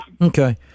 Okay